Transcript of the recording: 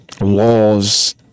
Laws